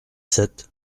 sept